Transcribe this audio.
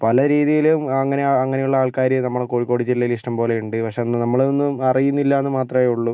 പല രീതിലും അങ്ങനെ അങ്ങനെയുള്ള ആൾക്കാർ നമ്മുടെ കോഴിക്കോട് ജില്ലയിൽ ഇഷ്ടംപോലെയുണ്ട് പക്ഷെ നമ്മളിതൊന്നും അറിയുന്നില്ലയെന്നു മാത്രമേ ഉള്ളൂ